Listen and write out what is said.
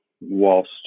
whilst